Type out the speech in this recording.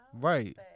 Right